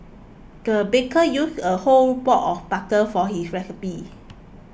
the baker used a whole block of butter for this recipe